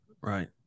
right